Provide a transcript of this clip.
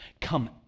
Come